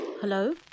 Hello